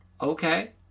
Okay